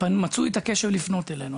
מצאו את הדרך לפנות אלינו.